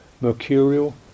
mercurial